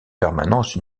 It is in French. permanence